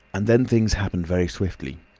and then things happened very swiftly.